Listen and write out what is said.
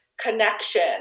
connection